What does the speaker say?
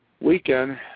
weekend